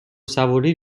سواری